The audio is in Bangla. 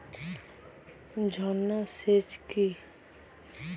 ঝর্না সেচ কি?